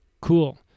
Cool